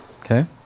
Okay